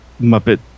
Muppet